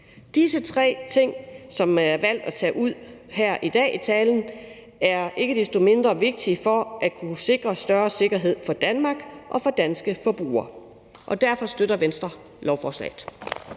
Disse tre ting, som jeg har valgt at tage med i talen her i dag, er ikke desto mindre vigtige for at kunne sikre større sikkerhed for Danmark og for danske forbrugere. Derfor støtter Venstre lovforslaget.